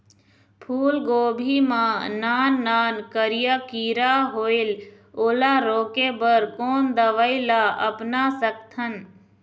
फूलगोभी मा नान नान करिया किरा होयेल ओला रोके बर कोन दवई ला अपना सकथन?